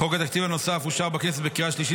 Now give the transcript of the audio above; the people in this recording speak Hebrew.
חוק התקציב הנוסף אושר בכנסת בקריאה שלישית